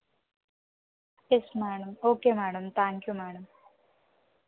yes madam okay madam thank you madam